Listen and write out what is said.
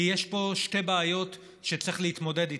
כי יש פה שתי בעיות שצריך להתמודד איתן: